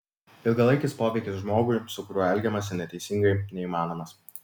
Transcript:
ilgalaikis poveikis žmogui su kuriuo elgiamasi neteisingai neįmanomas